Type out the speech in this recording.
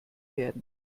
werden